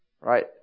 right